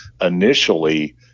initially